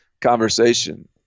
conversation